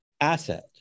asset